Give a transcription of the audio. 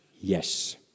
yes